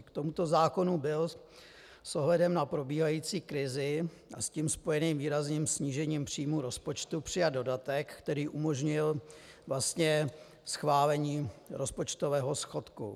K tomuto zákonu byl s ohledem na probíhající krizi a s tím spojeným výrazným snížení příjmů rozpočtu přijat dodatek, který umožnil schválení rozpočtového schodku.